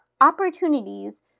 opportunities